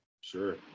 Sure